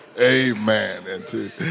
amen